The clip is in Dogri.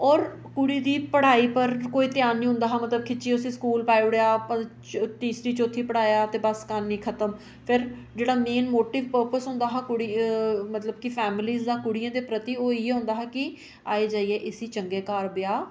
होर कुड़ी दी पढ़ाई पर कोई ध्यान निं होंदा हा मतलब कि खिच्चै उसी स्कूल पाई ओड़ेआ तीसरी चौथी पढाया ते बस कम्म ई खतम फिर जेह्ड़ा मेन मोटिव फोकस होंदा हा कुड़ी मतलब कि फैमिली दा कुड़ियें दे प्रति ओह् इयै होंदा हा कि आई जाइयै इसी चंगे घर ब्याह्